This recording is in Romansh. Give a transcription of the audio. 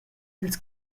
ils